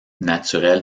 naturel